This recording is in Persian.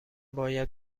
باید